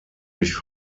durch